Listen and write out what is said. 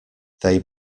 they